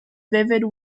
vivid